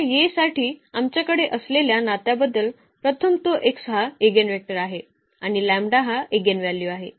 तर या A साठी आमच्याकडे असलेल्या नात्याबद्दल प्रथम तो x हा ईगेनवेक्टर आहे आणि हा ईगेनव्हल्यू आहे